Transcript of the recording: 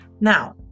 Now